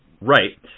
right